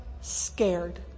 scared